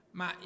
ma